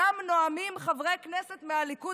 שם נואמים חברי כנסת מהליכוד,